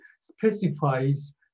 specifies